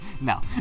No